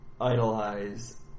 idolize